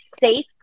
safe